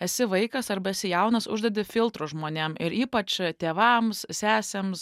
esi vaikas arba esi jaunas uždedi filtrus žmonėm ir ypač a tėvams sesėms